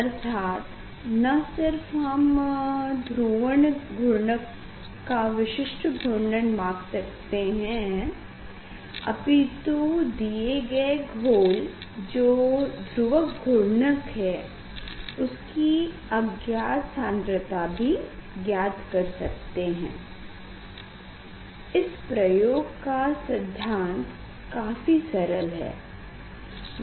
अर्थात न सिर्फ हम ध्रुवण घूर्णक का विशिष्ट घूर्णन माप सकते है अपितु दिये गए घोल जो ध्रुवक घूर्णक है उसकी अज्ञात सान्द्रता भी ज्ञात कर सकते हैं इस प्रयोग का सिधान्त काफी सरल है